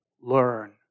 learn